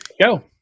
Go